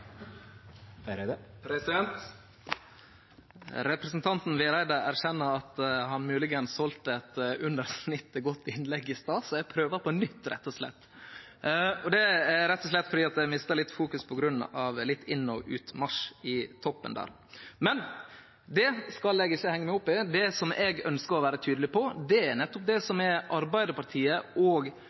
Representanten Vereide erkjenner at han moglegvis heldt eit under snittet godt innlegg i stad, så eg prøver på nytt. Det er rett og slett fordi eg mista fokuset litt på grunn av inn- og utmarsj på galleriet – men det skal eg ikkje hengje meg opp i. Det som eg ønskjer å vere tydeleg på, er det som er politikken Arbeidarpartiet og